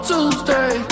Tuesday